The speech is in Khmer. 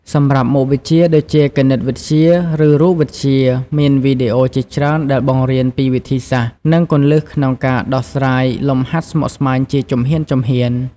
សម្រាប់មុខវិជ្ជាដូចជាគណិតវិទ្យា ឬរូបវិទ្យា មានវីដេអូជាច្រើនដែលបង្រៀនពីវិធីសាស្ត្រ និងគន្លឹះក្នុងការដោះស្រាយលំហាត់ស្មុគស្មាញជាជំហានៗ។